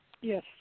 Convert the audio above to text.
Yes